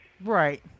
Right